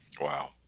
Wow